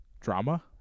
drama